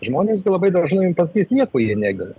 žmonės gi labai dažnai jum pasakys nieko jie negina